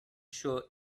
sure